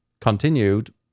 continued